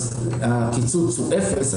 הקיצוץ הוא אפס,